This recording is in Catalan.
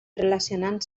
relacionant